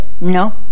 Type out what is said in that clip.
No